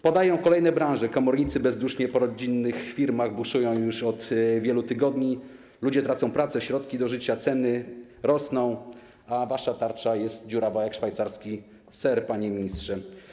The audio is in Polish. Padają kolejne branże, komornicy bezdusznie buszują po rodzinnych firmach już od wielu tygodni, ludzie tracą pracę, środki do życia, ceny rosną, a wasza tarcza jest dziurawa jak szwajcarski ser, panie ministrze.